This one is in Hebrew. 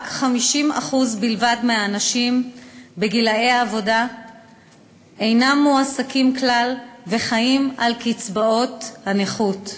50% מהאנשים בגילי העבודה אינם מועסקים כלל וחיים על קצבאות הנכות.